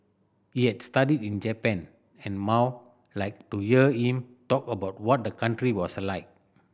he had studied in Japan and Mao liked to hear him talk about what the country was like